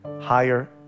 higher